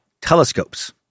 telescopes